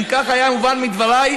אם כך היה מובן מדבריי,